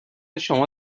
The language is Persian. شما